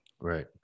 Right